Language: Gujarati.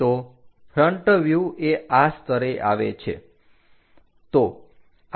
તો ફ્રન્ટ વ્યુહ એ આ સ્તરે આવે છે